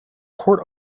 court